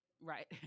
right